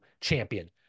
Champion